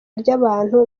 ry’abantu